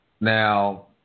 Now